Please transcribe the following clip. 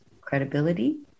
credibility